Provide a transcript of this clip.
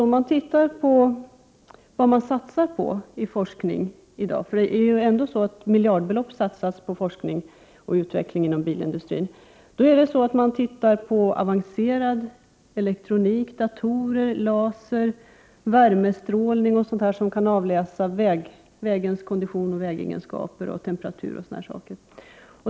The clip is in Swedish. Om man tittar på vad det satsas på i dagens forskning — det är miljardbelopp som satsas på forskning och utveckling inom bilindustrin — upptäcker man att det är avancerad elektronik, datorer, laser, värmestrålning och sådant som kan avläsa vägens kondition, vägegenskaper, temperatur och annat.